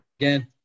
again